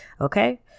okay